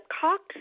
Cox